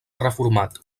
reformat